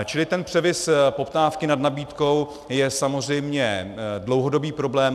Čili ten převis poptávky nad nabídkou je samozřejmě dlouhodobý problém.